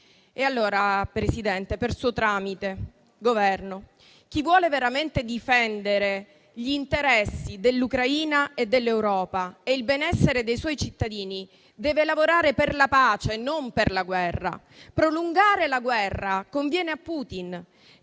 signor Presidente, per suo tramite al Governo: chi vuole veramente difendere gli interessi dell'Ucraina e dell'Europa e il benessere dei suoi cittadini deve lavorare per la pace e non per la guerra. Prolungare la guerra conviene a Putin,